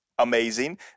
amazing